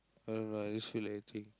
I don't know I just feel like eating